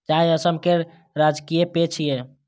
चाय असम केर राजकीय पेय छियै